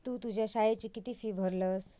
तु तुझ्या शाळेची किती फी भरलस?